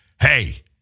Hey